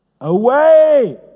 Away